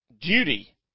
duty